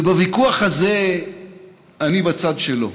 ובוויכוח הזה אני בצד שלו,